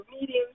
meetings